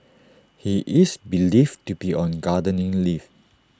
he is believed to be on gardening leave